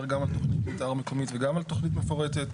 גם על תכנית מתאר מקומית וגם על תכנית מפורטת.